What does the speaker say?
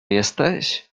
jesteś